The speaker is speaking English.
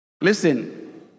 Listen